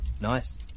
Nice